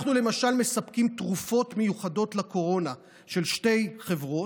אנחנו למשל מספקים תרופות מיוחדות לקורונה של שתי חברות.